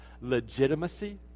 legitimacy